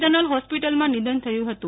general હોસ્પિટલમાં નિધન થયું હતું